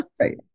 Right